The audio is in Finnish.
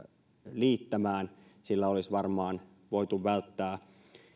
liittämään sillä olisi varmaan voitu välttää